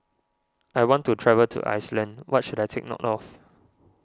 I want to travel to Iceland what should I take note of